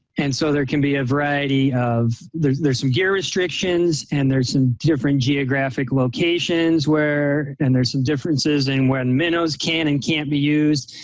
and so there can be a variety of, there's there's some gear restrictions and there's some different geographic locations where, and there's some differences in when minnows can and can't be used.